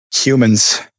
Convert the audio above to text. humans